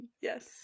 Yes